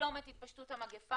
לבלום את התפשטות המגפה,